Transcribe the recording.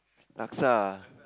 laksa ah